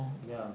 ya